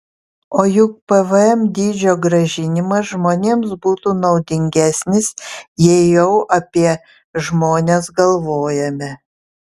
o juk pvm dydžio grąžinimas žmonėms būtų naudingesnis jei jau apie žmones galvojame